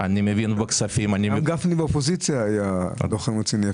הרב גפני באופוזיציה היה לוחם רציני,